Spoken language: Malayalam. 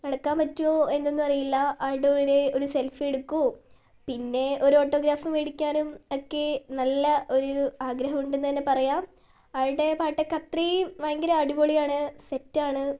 നടക്കാൻ പറ്റുമോ എന്നൊന്നും അറിയില്ല ആളുടെ കൂടെ ഒരു സെൽഫി എടുക്കുക പിന്നെ ഒരു ഓട്ടോഗ്രാഫ് മേടിക്കാനും ഒക്കെ നല്ല ഒരു ആഗ്രഹമുണ്ട് എന്നുതന്നെ പറയാം ആളുടെ പാട്ടൊക്കെ അത്രയും ഭയങ്കര അടിപൊളിയാണ് സെറ്റാണ്